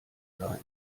sein